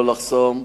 לא לחסום,